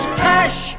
cash